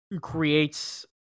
creates